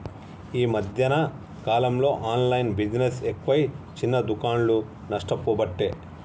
ఈ మధ్యన కాలంలో ఆన్లైన్ బిజినెస్ ఎక్కువై చిన్న దుకాండ్లు నష్టపోబట్టే